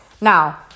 Now